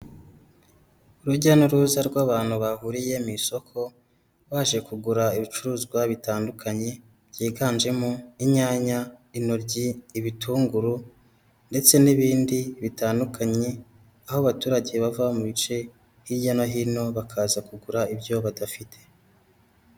urujya n'uruza rw'abantu bahuriye mu isoko baje kugura ibicuruzwa bitandukanye byiganjemo inyanya, intoryi, ibitunguru ndetse n'ibindi bitandukanye aho abaturage bava mu bice hirya no hino bakaza kugura ibyo badafite.